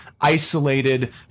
isolated